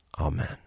Amen